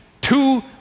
two